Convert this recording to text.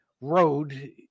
road